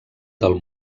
del